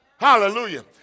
hallelujah